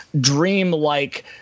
dreamlike